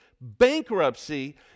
bankruptcy